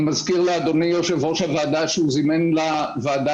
אני מזכיר לאדוני יושב-ראש הוועדה שהוא זימן לוועדה